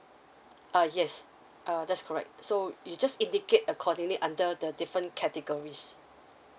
err yes err that's correct so you just indicate accordingly under the different categories